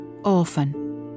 orphan